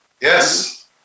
Yes